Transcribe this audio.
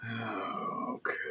okay